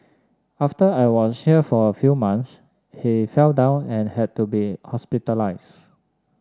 after I was here for a few months he fell down and had to be hospitalised